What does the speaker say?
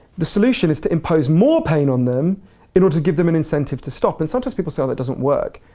the solution is to impose more pain on them in order to give them an incentive to stop. and sometimes people say, oh, that doesn't work.